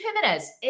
Jimenez